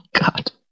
God